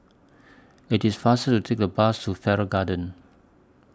IT IS faster to Take The Bus to Farrer Garden